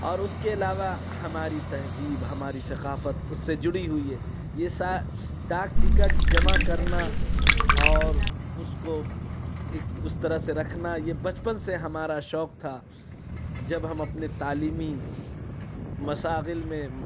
اور ُس کے علاوہ ہماری تہذیب ہماری ثقافت اُس سے جڑی ہوئی ہے یہ ڈاک ٹکٹ جمع کرنا اور اُس کو اُس طرح سے رکھنا یہ بچپن سے ہمارا شوق تھا جب ہم اپنے تعلیمی مشاغل میں